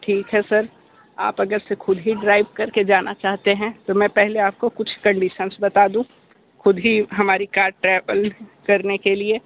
ठीक है सर आप अगर से खुद ही ड्राइव करके जाना चाहते हैं तो मैं पहले आपको कुछ कंडिशन्स बता दूँ खुद ही हमारी कार ट्रैवल करने के लिए